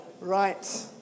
right